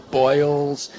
boils